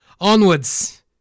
Onwards